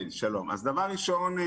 דבר ראשון,